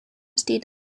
steht